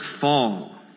fall